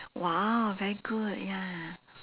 !wow! very good ya